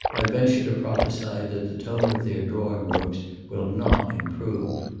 i venture to prophesy that the tone of their drawing-rooms will not improve.